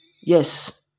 Yes